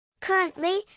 Currently